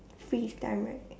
freeze time right